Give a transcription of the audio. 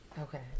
Okay